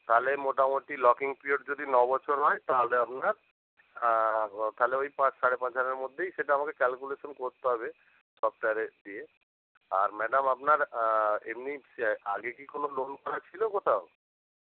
তাহলে মোটামুটি lock in period যদি ন বছর হয় তাহলে আপনার তাহলে ওই পাঁচ সাড়ে পাঁচ হাজারের মধ্যেই সেটা আমাকে ক্যালকুলেশন করতে হবে সফটওয়্যারে দিয়ে আর ম্যাডাম আপনার এমনি আগে কি কোন লোন করা ছিল কোথাও